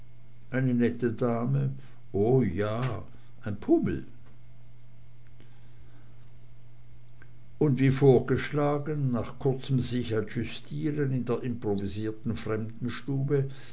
eine nette dame o ja ein pummel und wie vorgeschlagen nach kurzem sichadjustieren in der improvisierten